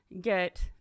get